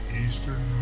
eastern